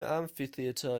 amphitheatre